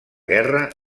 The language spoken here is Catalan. guerra